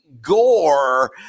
Gore